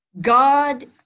God